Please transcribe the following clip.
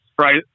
Right